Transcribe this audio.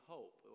Hope